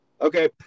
okay